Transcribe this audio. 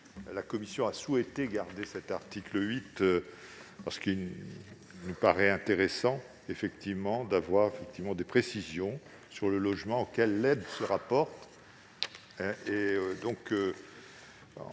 de suppression de l'article 8, parce qu'il nous paraît intéressant d'avoir des précisions sur le logement auquel l'aide se rapporte.